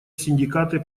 синдикаты